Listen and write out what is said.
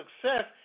success